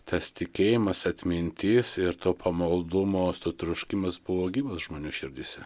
tas tikėjimas atmintis ir to pamaldumo to troškimas buvo gyvas žmonių širdyse